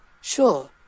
Sure